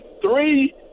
three